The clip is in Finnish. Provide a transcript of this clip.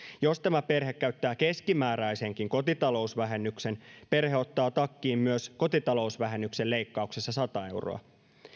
jos tämä perhe käyttää keskimääräisenkin kotitalousvähennyksen perhe ottaa takkiin myös kotitalousvähennyksen leikkauksessa sata euroa